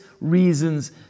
reasons